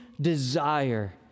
desire